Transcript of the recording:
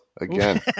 again